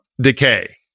decay